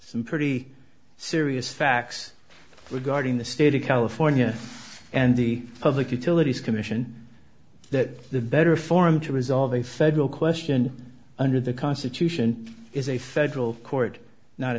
some pretty serious facts regarding the state of california and the public utilities commission that the better forum to resolve a federal question under the constitution is a federal court not a